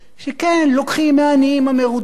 לוקחים מהעניים המרודים ביותר,